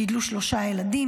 וגידלו שלושה ילדים.